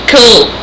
Cool